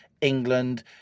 England